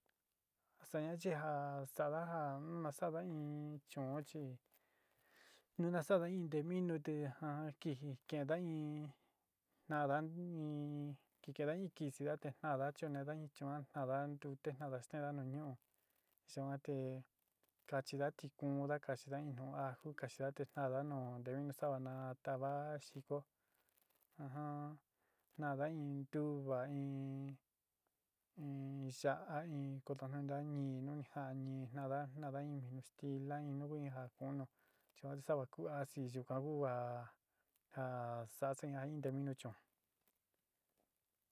Sa'añá chi ja sa'áda ja in na sa'áda in chuún chi nu na sa'áda in nte minu te jaán kɨji kenda in na'ada ni ki kinda in kɨsɨ te na'ada chunn na'ada in chuún, na'andá ntute, na'ada, standa nu ñu'ú yuan te kachída tikuúnda, kaxida in nu'u ajú kaxida te na'adá nu teu nu saada ja tavá xikó tanda in ntuva in in yaá in kotóna ntá nií nu ni ja'an nií naada naada in mínu stíla innuku ja kunú yuan sa'ava ku ási yuka ku ja ja sa'a seña in nte minú chuún.